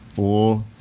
or,